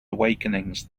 awakenings